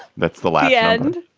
that's the lie and